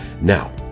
Now